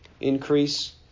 increase